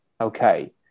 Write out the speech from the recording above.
okay